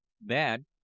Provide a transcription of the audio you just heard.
bad